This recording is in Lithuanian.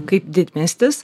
kaip didmiestis